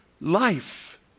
life